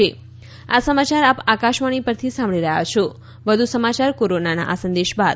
corona સંદેશ આ સમાચાર આપ આકાશવાણી પરથી સાંભળી રહ્યા છો વધુ સમાચાર કોરોના અંગેના આ સંદેશ બાદ